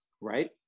right